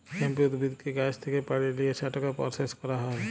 hemp উদ্ভিদকে গাহাচ থ্যাকে পাড়ে লিঁয়ে সেটকে পরসেস ক্যরা হ্যয়